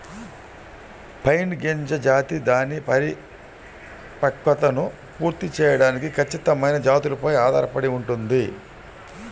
pine గింజ జాతి దాని పరిపక్వతను పూర్తి చేయడానికి ఖచ్చితమైన జాతులపై ఆధారపడి ఉంటుంది